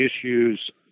issues